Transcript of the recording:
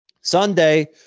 Sunday